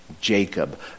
Jacob